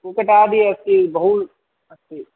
कुक्कुटादि अस्ति बहु अस्ति